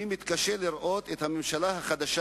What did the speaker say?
אני מתקשה לראות את הממשלה החדשה,